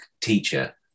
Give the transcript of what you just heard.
teacher